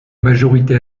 majorité